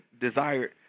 desired